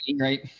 right